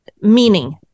meaning